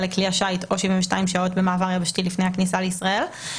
לכלי השיט או 72 שעות במעבר יבשתי לפני הכניסה לישראל.